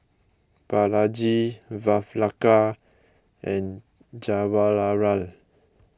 Balaji Vavilala and Jawaharlal